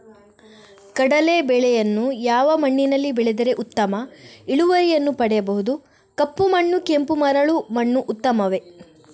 ಕಡಲೇ ಬೆಳೆಯನ್ನು ಯಾವ ಮಣ್ಣಿನಲ್ಲಿ ಬೆಳೆದರೆ ಉತ್ತಮ ಇಳುವರಿಯನ್ನು ಪಡೆಯಬಹುದು? ಕಪ್ಪು ಮಣ್ಣು ಕೆಂಪು ಮರಳು ಮಣ್ಣು ಉತ್ತಮವೇ?